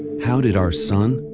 how did our sun,